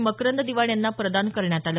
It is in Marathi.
मकरंद दिवाण यांना प्रदान करण्यात आलं